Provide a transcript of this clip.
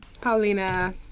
Paulina